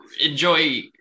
enjoy